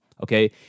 Okay